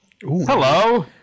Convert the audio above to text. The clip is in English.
Hello